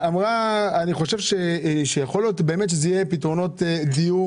אני חושב שיכול להיות שאלה יהיו פתרונות דיור